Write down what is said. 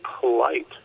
polite